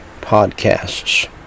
podcasts